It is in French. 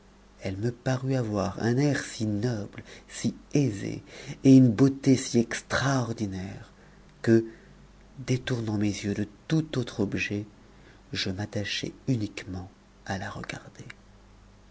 elle me parut avoir un air si noble si aisé et une beauté si extraordinaire que détournant mes yeux de tout autre objet je m'attachai uniquement à la regarder